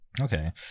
okay